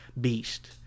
beast